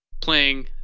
playing